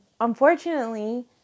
unfortunately